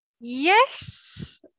Yes